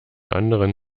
anderen